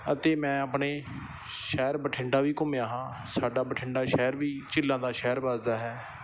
ਅਤੇ ਮੈਂ ਆਪਣੇ ਸ਼ਹਿਰ ਬਠਿੰਡਾ ਵੀ ਘੁੰਮਿਆ ਹਾਂ ਸਾਡਾ ਬਠਿੰਡਾ ਸ਼ਹਿਰ ਵੀ ਝੀਲਾਂ ਦਾ ਸ਼ਹਿਰ ਵੱਸਦਾ ਹੈ